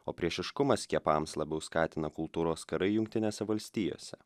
o priešiškumą skiepams labiau skatina kultūros karai jungtinėse valstijose